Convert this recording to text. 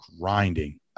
grinding